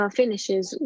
finishes